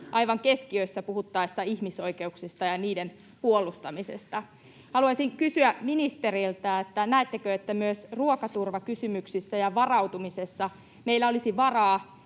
aivan keskiössä puhuttaessa ihmisoikeuksista ja niiden puolustamisesta. Haluaisin kysyä ministeriltä: näettekö, että myös ruokaturvakysymyksissä ja varautumisessa meillä olisi varaa